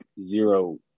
zero